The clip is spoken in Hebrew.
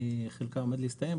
חלקה עומד להסתיים,